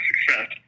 success